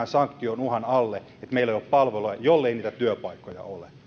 sanktiouhan alle sen takia että meillä ei ole palveluja jollei niitä työpaikkoja ole